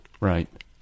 Right